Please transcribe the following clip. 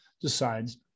decides